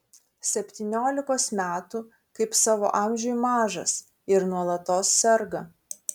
septyniolikos metų kaip savo amžiui mažas ir nuolatos serga